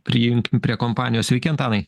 prijunkim prie kompanijos sveiki antanai